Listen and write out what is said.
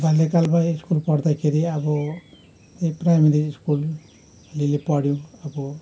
बाल्यकालमा स्कुल पढ्दाखेरि अब यही प्राइमेरी स्कुल अलिअलि पढ्यौँ अब